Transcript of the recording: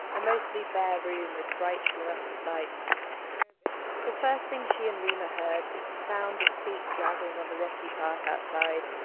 a mostly bare room with bright fluorescent lights. the first thing she and reema heard was the sound of feet dragging on the rocky path outside. and